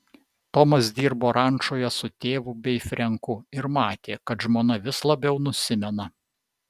tomas dirbo rančoje su tėvu bei frenku ir matė kad žmona vis labiau nusimena